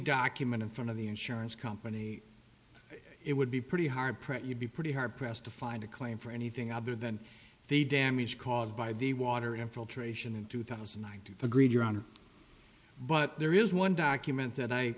document in front of the insurance company it would be pretty hard pressed you'd be pretty hard pressed to find a claim for anything other than the damage caused by the water infiltration in two thousand i do agree your honor but there is one document that i